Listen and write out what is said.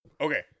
Okay